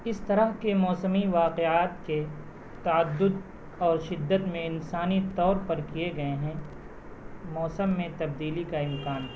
اس طرح کے موسمی واقعات کے تعدد اور شدت میں انسانی طور پر کئے گئے ہیں موسم میں تبدیلی کا امکان ہے